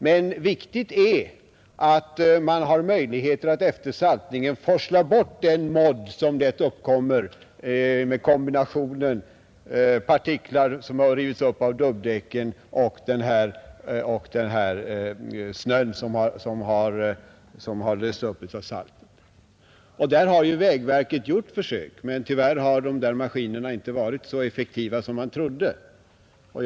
Men det är viktigt att man efter saltningen har möjligheter att forsla bort den modd som lätt uppkommer med kombinationen av partiklar som rivits upp av dubbdäcken och snö som lösts upp av saltet. Vägverket har gjort försök i detta avseende, men de använda maskinerna har tyvärr inte varit så effektiva som man trodde att de skulle vara.